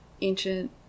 ancient